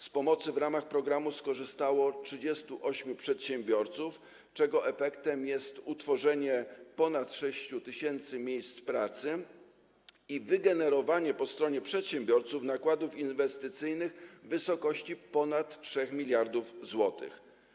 Z pomocy w ramach programu skorzystało 38 przedsiębiorców, czego efektem jest utworzenie ponad 6 tys. miejsc pracy i wygenerowanie po stronie przedsiębiorców nakładów inwestycyjnych w wysokości ponad 3 mld zł.